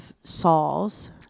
saws